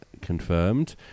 confirmed